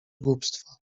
głupstwa